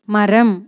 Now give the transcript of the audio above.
மரம்